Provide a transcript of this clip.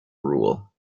rule